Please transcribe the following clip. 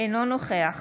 נוכח